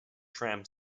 tram